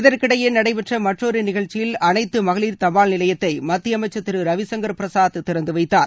இதற்கிடையே நடைபெற்ற மற்றொரு நிகழ்ச்சியில் அனைத்து மகளிர் தபால் நிலையத்தை மத்திய ப அமைச்சர் திரு ரவிசங்கர் பிரசாத் திறந்து வைத்தார்